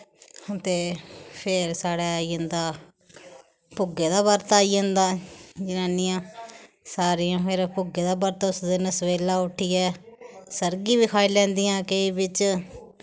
ते फिर साढ़ै आई जंदा भुग्गे दा बरत आई जंदा जनानियां सारियां फिर भुग्गे दा बरत उस दिन सवेल्ला उट्ठियै सर्गी बी खाई लैंदियां केईं बिच्च